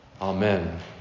Amen